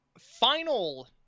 final